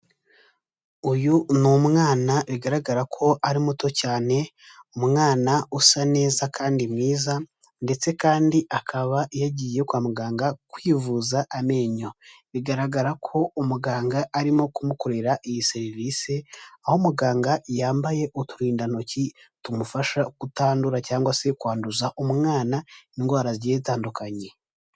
Uyu ni umwana bigaragara ko ari muto cyane, umwana usa neza kandi mwiza, ndetse kandi akaba yagiye kwa muganga kwivuza amenyo, bigaragara ko umuganga arimo kumukorera iyi serivisi, aho umuganga yambaye uturindantoki, tumufasha kutandura cyangwa se kwanduza umwana indwara zijyiye zitandukanye.